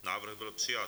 Návrh byl přijat.